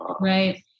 Right